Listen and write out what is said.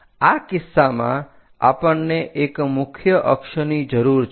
આ કિસ્સામાં આપણને એક મુખ્ય અક્ષની જરૂર છે